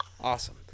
Awesome